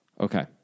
Okay